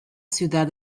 ciudad